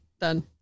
Done